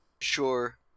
Sure